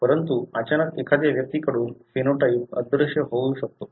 परंतु अचानक एखाद्या व्यक्तीकडून फेनोटाइप अदृश्य होऊ शकतो